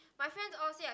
my friends all say I